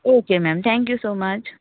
okay ma'am thank you so much